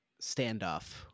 standoff